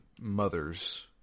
mothers